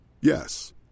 Yes